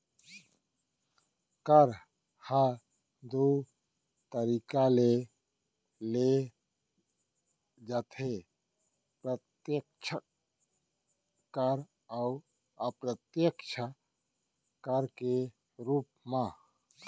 कर ह दू तरीका ले लेय जाथे प्रत्यक्छ कर अउ अप्रत्यक्छ कर के रूप म